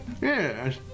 Yes